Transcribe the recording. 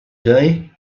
day